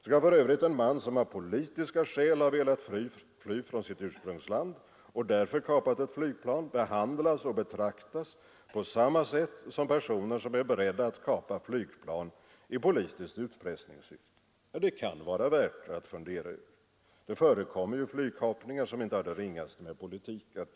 Skall för övrigt en man, som av politiska skäl har velat fly från sitt ursprungsland och därför kapat ett flygplan, behandlas och betraktas på samma sätt som personer som är beredda att kapa flygplan i politiskt utpressningssyfte? Ja, det kan vara värt att fundera över. Det förekommer ju flygkapningar som inte har det ringaste med politik att göra.